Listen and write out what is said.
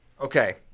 Okay